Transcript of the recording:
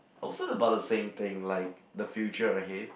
also about the same thing like the future ahead